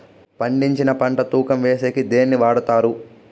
పండించిన పంట తూకం వేసేకి దేన్ని వాడతారు?